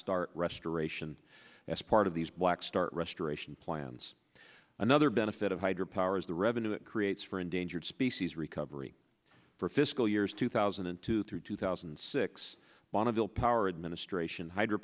star restoration as part of these black start restoration plans another benefit of hydro power is the revenue it creates for endangered species recovery for fiscal years two thousand and two through two thousand and six bonneville power administration hydr